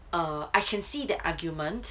err I can see that argument